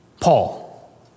Paul